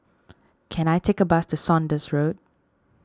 can I take a bus to Saunders Road